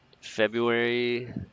February